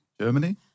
Germany